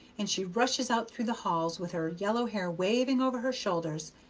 and she rushes out through the halls with her yellow hair waving over her shoulders,